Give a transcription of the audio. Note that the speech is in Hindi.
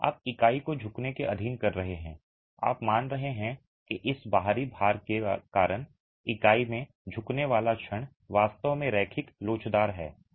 आप इकाई को झुकने के अधीन कर रहे हैं आप मान रहे हैं कि इस बाहरी भार के कारण इकाई में झुकने वाला क्षण वास्तव में रैखिक लोचदार है